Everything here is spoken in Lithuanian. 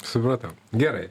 supratau gerai